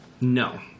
No